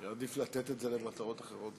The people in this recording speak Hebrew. היה עדיף לתת את זה למטרות אחרות.